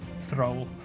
Throw